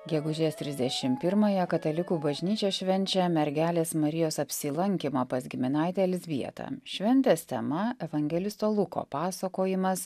gegužės trisdešim pirmąją katalikų bažnyčia švenčia mergelės marijos apsilankymą pas giminaitę elzbietą šventės tema evangelisto luko pasakojimas